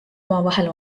omavahel